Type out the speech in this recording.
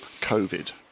COVID